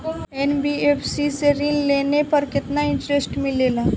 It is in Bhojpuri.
एन.बी.एफ.सी से ऋण लेने पर केतना इंटरेस्ट मिलेला?